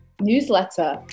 newsletter